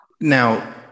Now